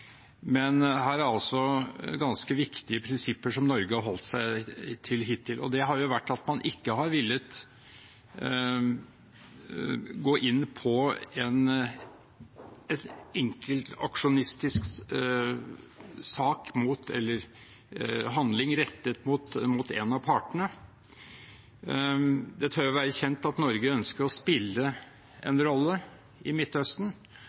Men her er det altså ganske viktige prinsipper som Norge har holdt seg til hittil – og det er at man ikke har villet gå inn på en enkel aksjonistisk sak mot, eller handling rettet mot, en av partene. Det tør være kjent at Norge ønsker å spille en rolle i Midtøsten.